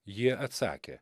jie atsakė